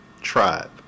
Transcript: tribe